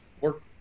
work